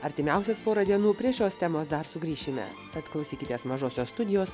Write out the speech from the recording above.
artimiausias porą dienų prie šios temos dar sugrįšime tad klausykitės mažosios studijos